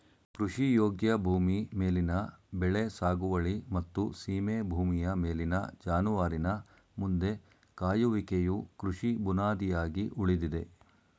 ಕೃಷಿಯೋಗ್ಯ ಭೂಮಿ ಮೇಲಿನ ಬೆಳೆ ಸಾಗುವಳಿ ಮತ್ತು ಸೀಮೆ ಭೂಮಿಯ ಮೇಲಿನ ಜಾನುವಾರಿನ ಮಂದೆ ಕಾಯುವಿಕೆಯು ಕೃಷಿ ಬುನಾದಿಯಾಗಿ ಉಳಿದಿದೆ